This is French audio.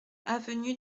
avenue